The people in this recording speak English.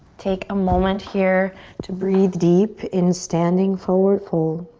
take a moment here to breathe deep in standing forward fold.